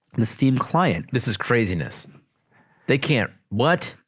and the steam client this is craziness they can't what